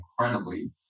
incredibly